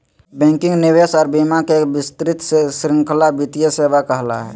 banking, निवेश आर बीमा के एक विस्तृत श्रृंखला वित्तीय सेवा कहलावय हय